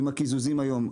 לגבי הקיזוזים היום.